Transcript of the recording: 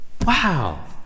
wow